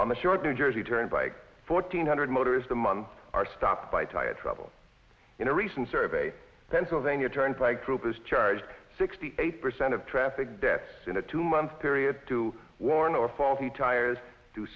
the short new jersey turnpike fourteen hundred motorist a month are stopped by tired trouble in a recent survey pennsylvania turnpike troopers charged sixty eight percent of traffic deaths in a two month period to warn or faulty tires